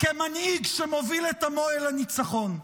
כמנהיג שמוביל את עמו אל הניצחון?